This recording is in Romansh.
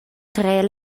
trer